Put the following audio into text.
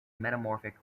metamorphic